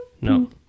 No